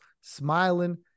smiling